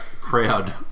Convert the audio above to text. crowd